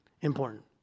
important